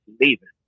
leaving